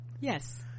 Yes